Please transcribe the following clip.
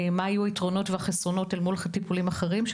מה היו היתרונות והחסרונות אל מול טיפולים אחרים.